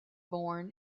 born